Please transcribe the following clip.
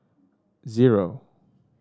zero